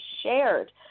shared